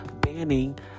banning